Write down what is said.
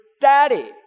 daddy